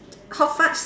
hot fudge